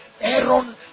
Aaron